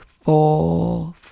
four